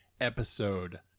episode